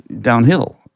downhill